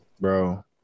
bro